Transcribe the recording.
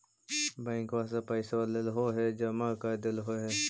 बैंकवा से पैसवा लेलहो है जमा कर देलहो हे?